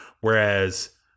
Whereas